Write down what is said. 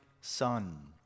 son